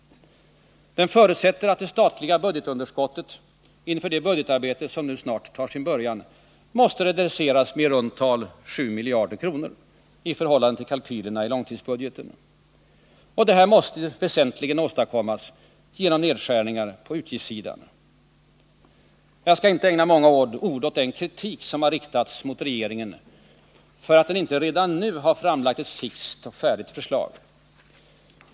Den förutsätter att det statliga budgetunderskottet inför det budgetarbete som snart tar sin början måste reduceras med i runt tal 7 miljarder kronor i förhållande till kalkylerna i långtidsbudgeten. Detta måste väsentligen åstadkommas genom nedskärningar på utgiftssidan. Jag skall inte ägna många ord åt den kritik som riktats mot regeringen för att den inte redan nu framlagt ett fixt och färdigt förslag.